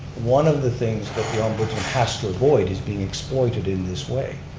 one of the things that the ombudsman has to avoid is being exploited in this way.